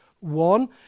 One